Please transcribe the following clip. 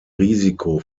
risiko